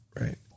right